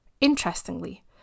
Interestingly